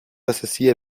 associées